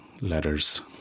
letters